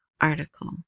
article